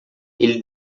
ele